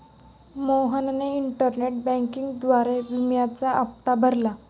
मोहनने इंटरनेट बँकिंगद्वारे विम्याचा हप्ता भरला